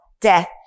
death